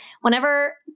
whenever